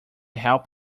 help